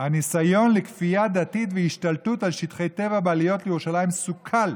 "הניסיון לכפייה דתית והשתלטות על שטחי טבע בעליות לירושלים סוכל.